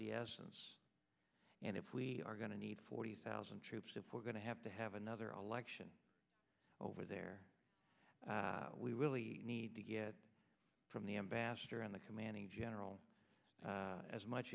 the essence and if we are going to need forty thousand troops if we're going to have to have another election over there we really need to get from the ambassador on the commanding general as much